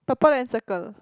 purple and circle